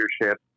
leadership